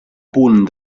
punt